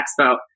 Expo